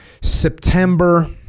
September